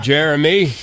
Jeremy